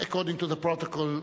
according to the protocol,